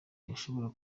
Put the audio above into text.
yashobora